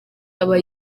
aba